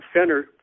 Center